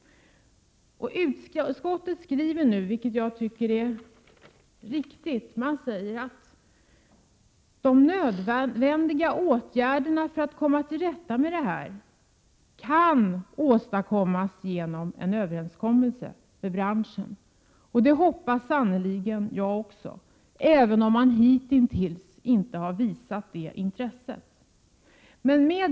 Utskottet skriver nu, vilket jag tycker är riktigt, att de nödvändiga åtgärderna för att komma till rätta med detta problem kan åstadkommas genom en överenskommelse med branschen. Det hoppas sannerligen jag också, även om branschen hittills inte visat något intresse härför.